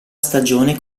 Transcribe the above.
stagione